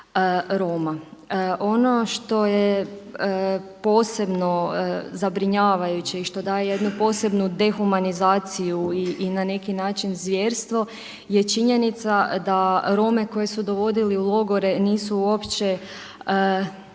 Roma. Ono što je posebno zabrinjavajuće i što daje jednu posebnu dehumanizaciju i na neki način zvjerstvo je činjenica da Rome koje su dovodili u logore nisu uopće